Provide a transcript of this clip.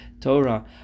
Torah